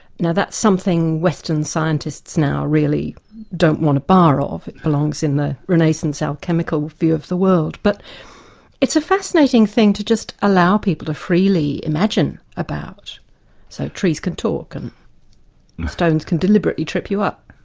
now that's something western scientists now really don't want a bar of it belong in the renaissance alchemical view of the world. but it's a fascinating thing to just allow people to freely imagine about so trees could talk and stones can deliberately trip you up.